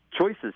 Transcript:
choices